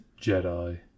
Jedi